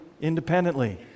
independently